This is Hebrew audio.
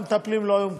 והמטפלים לא היו מקבלים,